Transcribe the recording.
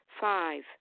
Five